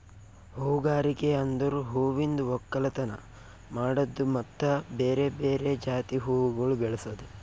ಹೂಗಾರಿಕೆ ಅಂದುರ್ ಹೂವಿಂದ್ ಒಕ್ಕಲತನ ಮಾಡದ್ದು ಮತ್ತ ಬೇರೆ ಬೇರೆ ಜಾತಿ ಹೂವುಗೊಳ್ ಬೆಳಸದ್